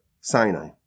Sinai